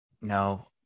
no